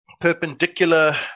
perpendicular